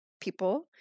people